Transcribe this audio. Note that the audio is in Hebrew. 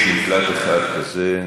יש מקלט אחד כזה.